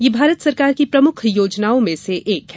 यह भारत सरकार की प्रमुख योजनाओं में से एक है